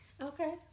Okay